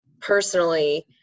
personally